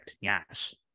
Yes